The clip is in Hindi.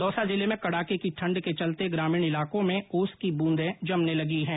दौसा जिले में कड़के की ठण्ड के चलते ग्रामीण इलाकों में ओस की ब्रंदे जमने लगी है